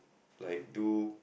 like do